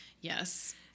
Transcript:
yes